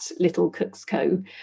littlecooksco